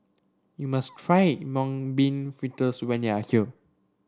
you must try Mung Bean Fritters when you are here